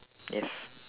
yes